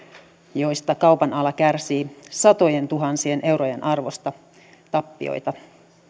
joista kaupan ala kärsii satojentuhansien eurojen arvosta tappioita